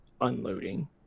unloading